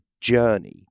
journey